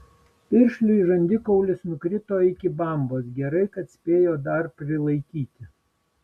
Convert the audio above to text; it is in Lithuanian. piršliui žandikaulis nukrito iki bambos gerai kad spėjo dar prilaikyti